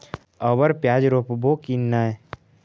अबर प्याज रोप्बो की नय?